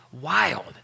wild